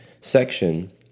section